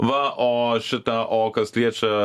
va o šita o kas liečia